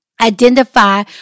identify